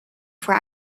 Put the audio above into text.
for